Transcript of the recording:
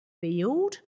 field